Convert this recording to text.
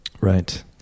Right